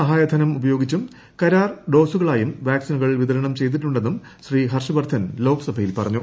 സഹായ ധനം ഉപയോഗിച്ചും കരാർ ഡോസുകളായും വാക് സിനുകൾ വിതരണം ചെയ്തിട്ടുണ്ടെന്നും ശ്രീ ഹർഷ്വർദ്ധൻ ലോക്സഭയിൽ പറഞ്ഞു